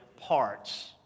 parts